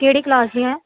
ਕਿਹੜੀ ਕਲਾਸ ਦੀਆਂ